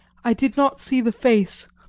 i did not see the face,